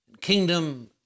kingdom